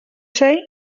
say